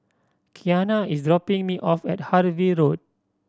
Qiana is dropping me off at Harvey Road